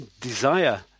desire